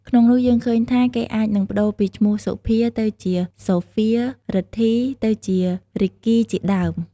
ក្នុងនោះយើងឃើញថា គេអាចនឹងប្តូរពីឈ្មោះ សុភា ទៅជា សូហ្វៀរ រិទ្ធី ទៅជា រីកគី ជាដើម។